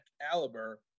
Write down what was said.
caliber